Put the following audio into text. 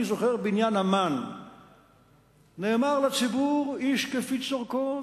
אני זוכר שבעניין המן נאמר לציבור: איש כפי צורכו,